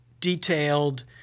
detailed